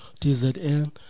TZN